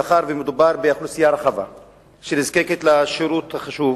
מאחר שמדובר באוכלוסייה רחבה שנזקקת לשירות חשוב